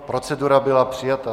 Procedura byla přijata.